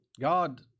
God